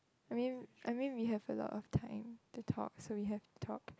I mean I mean we have a lot of time to talk so we have to talk